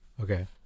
okay